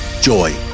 Joy